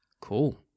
Cool